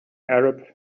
arab